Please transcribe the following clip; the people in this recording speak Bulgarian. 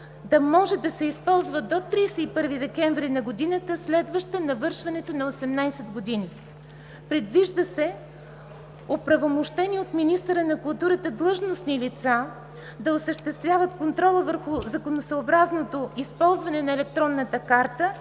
да може да се използва до 31 декември на годината, следваща навършването на 18 години. Предвижда се оправомощени от министъра на културата длъжностни лица да осъществяват контрола върху законосъобразното използване на електронната карта